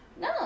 No